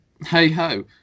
Hey-ho